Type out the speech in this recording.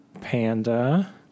panda